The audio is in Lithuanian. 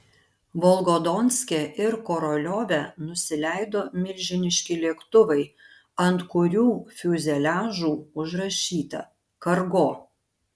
volgodonske ir koroliove nusileido milžiniški lėktuvai ant kurių fiuzeliažų užrašyta kargo